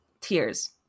tears